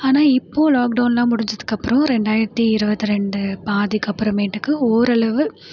ஆனால் இப்போது லாக்டவுன்லாம் முடிஞ்சதுக்கு அப்புறம் ரெண்டாயிரத்தி இருபத்தி ரெண்டு பாதிக்கப்புறமேட்டுக்கு ஓரளவு